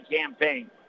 campaign